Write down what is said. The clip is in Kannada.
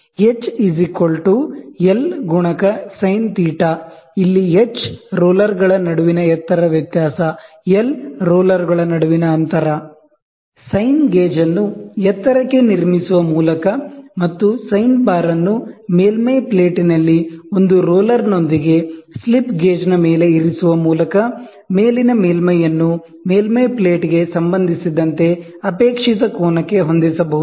ಎಚ್ ಎಲ್ x ಸೈನ್ θ ಇಲ್ಲಿ h ರೋಲರ್ಗಳ ನಡುವಿನ ಎತ್ತರ ವ್ಯತ್ಯಾಸ ಎಲ್ ರೋಲರುಗಳ ನಡುವಿನ ಅಂತರ ಸೈನ್ ಗೇಜ್ ಅನ್ನು ಎತ್ತರಕ್ಕೆ ನಿರ್ಮಿಸುವ ಮೂಲಕ ಮತ್ತು ಸೈನ್ ಬಾರ್ ಅನ್ನು ಮೇಲ್ಮೈ ಪ್ಲೇಟ್ನಲ್ಲಿ ಒಂದು ರೋಲರ್ನೊಂದಿಗೆ ಸ್ಲಿಪ್ ಗೇಜ್ನ ಮೇಲೆ ಇರಿಸುವ ಮೂಲಕ ಮೇಲಿನ ಮೇಲ್ಮೈಯನ್ನು ಮೇಲ್ಮೈ ಪ್ಲೇಟ್ಗೆ ಸಂಬಂಧಿಸಿದಂತೆ ಅಪೇಕ್ಷಿತ ಕೋನಕ್ಕೆ ಹೊಂದಿಸಬಹುದು